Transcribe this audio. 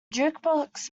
jukebox